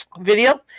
video